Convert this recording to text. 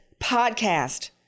podcast